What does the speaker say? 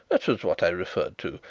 that was what i referred to.